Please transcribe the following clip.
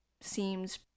seems